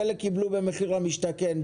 חלק מהם קיבלו במחיר למשתכן דירה יפה.